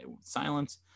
silence